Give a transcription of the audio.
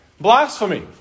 Blasphemy